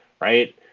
right